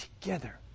together